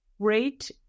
great